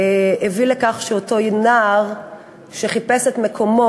הביא לכך שאותו נער שחיפש את מקומו,